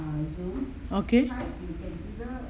okay